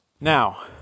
Now